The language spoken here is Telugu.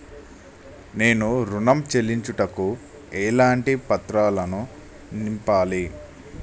నేను ఋణం చెల్లించుటకు ఎలాంటి పత్రాలను నింపాలి?